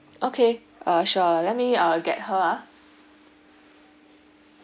okay err sure let me err get her ah